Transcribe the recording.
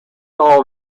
all